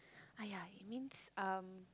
!aiya! it means um